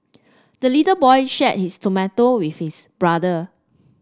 the little boy shared his tomato with his brother